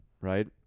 right